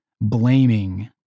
blaming